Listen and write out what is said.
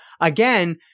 again